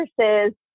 versus